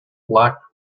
black